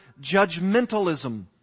judgmentalism